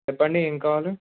చెప్పండి ఏం కావాలి